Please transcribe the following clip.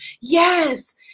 Yes